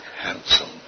handsome